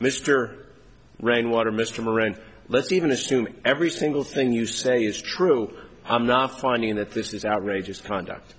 mr rainwater mr moran let's even assume every single thing you say is true i'm not finding that this is outrageous conduct